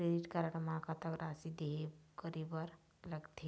Credit card म कतक राशि देहे करे बर लगथे?